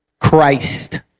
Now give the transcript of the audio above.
Christ